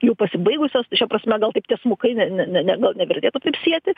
jau pasibaigusios tai šia prasme gal taip tiesmukai ne ne ne nu nevertėtų sieti